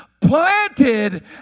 planted